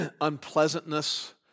unpleasantness